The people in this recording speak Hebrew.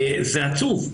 זה עצוב.